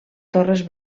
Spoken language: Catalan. torres